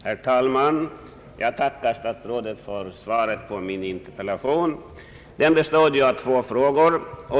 Herr talman! Jag tackar statsrådet för svaret på min interpellation, som bestod av två frågor.